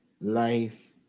life